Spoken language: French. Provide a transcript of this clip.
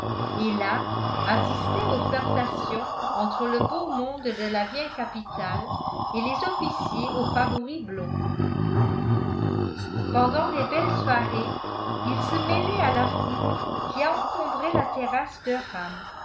et là assistaient aux flirtations entre le beau monde de la vieille capitale et les officiers aux favoris blonds pendant les belles soirées ils se mêlaient à la foule qui encombrait la terrasse